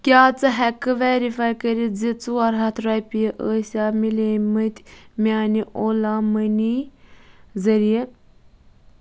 کیٛاہ ژٕ ہٮ۪ککھٕ ویرِفاے کٔرِتھ زِ ژور ہَتھ رۄپیہِ ٲسیا میلے مٕتۍ میٛانہِ اولا مٔنی ذٔریعہِ